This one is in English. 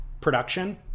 production